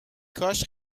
کاش